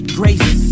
grace